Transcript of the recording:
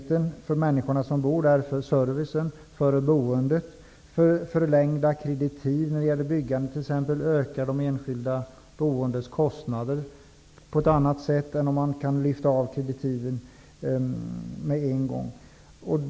Det kan vara avgörande för tryggheten, för servicen, för boendet och för förlängda kreditiv när det gäller byggandet som kan öka de enskilda boendes kostnader på ett annat sätt än om kreditiven kan lyftas av med en gång.